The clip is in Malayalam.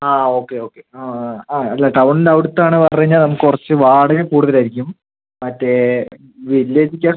ആ ഓക്കെ ഓക്കെ ആ ആ അല്ല ടൗണിന്റെ അടുത്താണെന്നു പറഞ്ഞു കഴിഞ്ഞാൽ നമുക്ക് കുറച്ചു വാടകയും കൂടുതലായിരിക്കും മറ്റേ